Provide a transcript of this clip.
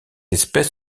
espèce